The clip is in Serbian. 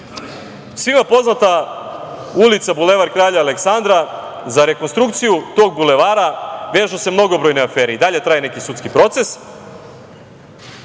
dve. Svima poznata ulica Bulevar kralja Aleksandra za rekonstrukciju tog bulevara vežu se mnogobrojne afere i dalje traje neki sudski proces,